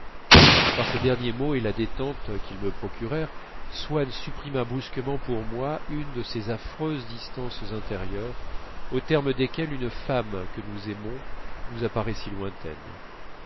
par ces derniers mots et la détente qu'ils me procurèrent swann supprima brusquement pour moi une de ces affreuses distances intérieures au terme desquelles une femme que nous aimons nous apparaît si lointaine